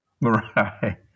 Right